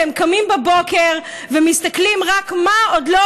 אתם קמים בבוקר ומסתכלים רק: מה עוד לא